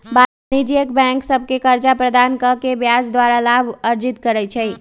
वाणिज्यिक बैंक गाहक सभके कर्जा प्रदान कऽ के ब्याज द्वारा लाभ अर्जित करइ छइ